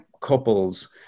couples